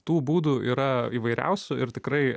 tų būdų yra įvairiausių ir tikrai